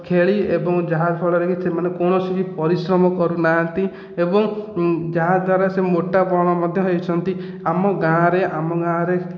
ଖେଳି ଏବଂ ଯାହାଫଳରେ କି ସେମାନେ କୌଣସି ବି ପରିଶ୍ରମ କରୁନାହାନ୍ତି ଏବଂ ଯାହାଦ୍ଵାରା ସେ ମୋଟାପଣ ମଧ୍ୟ ହେଉଛନ୍ତି ଆମ ଗାଁରେ ଆମ ଗାଁରେ